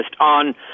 on